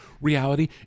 reality